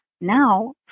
Now